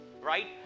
right